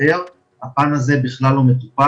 אני אוותר עליה מפאת קוצר הזמן לא רוצה להלאות אתכם.